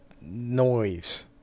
noise